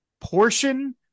portion